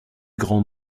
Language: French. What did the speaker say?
grands